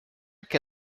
que